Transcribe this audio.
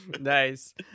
Nice